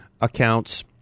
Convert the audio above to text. accounts